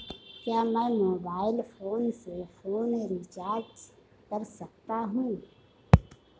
क्या मैं mobile phone से फोन रिचार्ज कर सकता हूं?